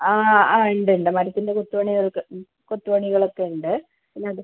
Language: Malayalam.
ആ ആ ഉണ്ട് ഉണ്ട് മരത്തിൻ്റെ കൊത്ത് പണികളൊക്കെ കൊത്തുപണികളൊക്കെ ഉണ്ട് പിന്നെ അത്